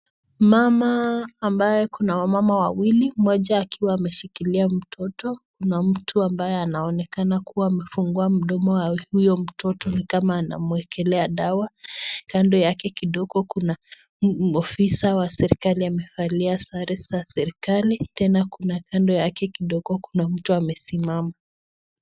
Mama ambaye ako na mama wawili, mmoja akiwa ameshikilia mtoto na mtu ambaye anaonekana kuwa amefungua mdomo wa mtoto huyo ni kama anamwekelea dawa. Kando yake kidogo kuna afisa wa serikali, amevalia sare za serikali. Tena kuna kando yake kidogo kuna mtu amesimama.